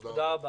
תודה.